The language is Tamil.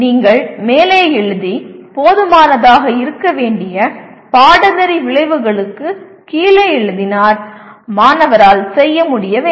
நீங்கள் மேலே எழுதி போதுமானதாக இருக்க வேண்டிய பாடநெறி விளைவுகளுக்கு கீழே எழுதினால் மாணவரால் செய்ய முடிய வேண்டும்